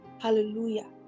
hallelujah